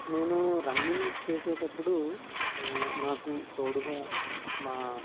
నేను రన్నింగ్ చేసేటప్పుడు నాకు తోడుగా మా